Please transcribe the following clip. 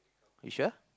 you sure